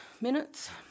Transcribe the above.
minutes